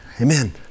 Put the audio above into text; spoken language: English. amen